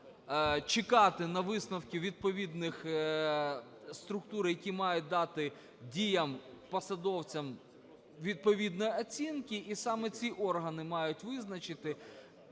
чекати на висновки відповідних структур, які мають дати діям посадовців відповідні оцінки, і саме ці органи мають визначити